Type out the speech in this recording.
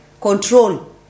control